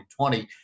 2020